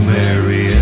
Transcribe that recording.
Mary